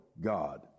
God